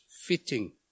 fitting